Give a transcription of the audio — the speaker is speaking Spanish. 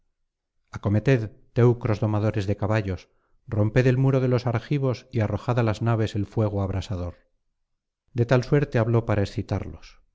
acometed teucros domadores de caballos romped el muro de los argivos y arrojad á las naves el fuego abrasador de tal suerte habló para excitarlos